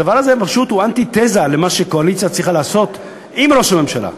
הדבר הזה הוא פשוט אנטיתזה למה שקואליציה צריכה לעשות כלפי ראש הממשלה.